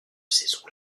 saison